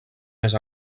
més